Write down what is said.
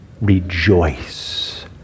rejoice